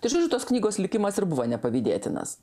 tai žodžiu tos knygos likimas ir buvo nepavydėtinas